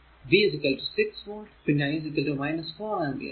V 6 volt പിന്നെ I 4 ampere